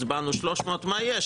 הצבענו 300. מה יש?